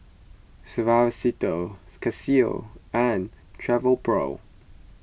Suavecito Casio and Travelpro